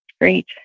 Great